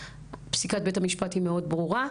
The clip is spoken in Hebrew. פסיקת בית המשפט היא מאוד ברורה.